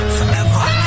Forever